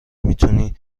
میتونی